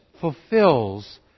fulfills